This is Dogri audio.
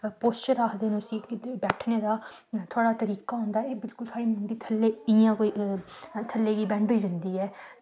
पोश्चर आक्खदे न बैठने दा जेह्ड़ा एह् तरीका होंदा ऐ एह् सारी मुंडी गै थल्लै गी बेन्ड होई जंदी ऐ